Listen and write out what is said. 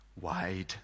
wide